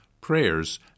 prayers